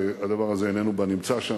והדבר הזה איננו בנמצא שם.